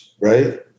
right